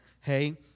hey